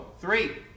three